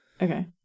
okay